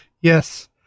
Yes